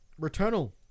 returnal